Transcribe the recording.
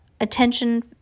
attention